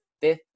fifth